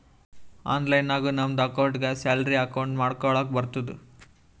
online ನಾಗು ನಮ್ದು ಅಕೌಂಟ್ಗ ಸ್ಯಾಲರಿ ಅಕೌಂಟ್ ಮಾಡ್ಕೊಳಕ್ ಬರ್ತುದ್